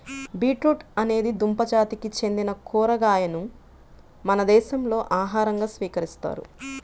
beetroot అనేది దుంప జాతికి చెందిన కూరగాయను మన దేశంలో ఆహారంగా స్వీకరిస్తారు